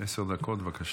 סלימאן, עשר דקות, בבקשה.